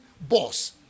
boss